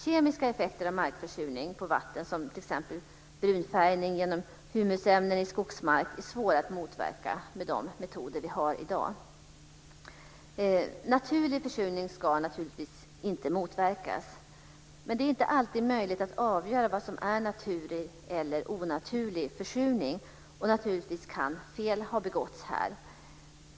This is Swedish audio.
Kemiska effekter av markförsurning på vatten, t.ex. brunfärgning genom humusämnen i skogsmark, är svåra att motverka med de metoder som vi i dag har. Naturlig försurning ska givetvis inte motverkas. Men det är inte alltid möjligt att avgöra vad som är naturlig eller onaturlig försurning, och naturligtvis kan fel ha begåtts här.